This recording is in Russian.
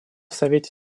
совете